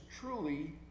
truly